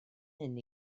hyn